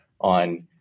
on